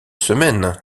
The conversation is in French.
semaine